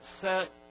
set